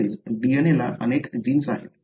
तसेच DNA ला अनेक जीन्स आहेत